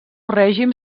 règim